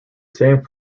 same